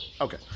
Okay